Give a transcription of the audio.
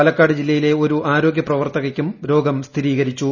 പാലക്കാട് ജില്ലയിലെ ഒരു ആരോഗ്യ പ്രവർത്തകയ്ക്കും രോഗം സ്ഥിരീകരിച്ചു